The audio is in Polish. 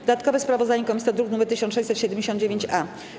Dodatkowe sprawozdanie komisji to druk nr 1679-A.